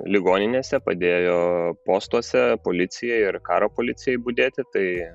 ligoninėse padėjo postuose policijai ir karo policijai budėti tai